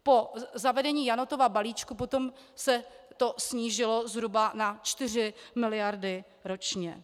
Po zavedení Janotova balíčku potom se to snížilo zhruba na 4 miliardy ročně.